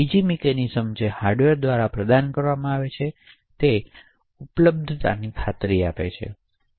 ત્રીજી મિકેનિઝમ જે હાર્ડવેર દ્વારા પ્રદાન કરવામાં આવે છે તે ઉપલબ્ધતાની ખાતરી આપે છે